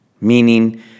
Meaning